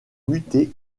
muté